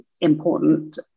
important